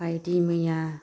बायदि मैया